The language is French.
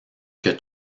que